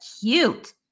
cute